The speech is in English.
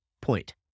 point